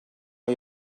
are